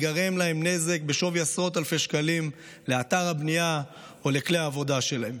ייגרם להם נזק בשווי עשרות אלפי שקלים לאתר הבנייה או לכלי העבודה שלהם.